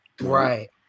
Right